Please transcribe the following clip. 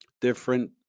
Different